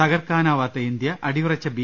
തകർക്കാനാ വാത്ത ഇന്ത്യ അടിയുറച്ച ബി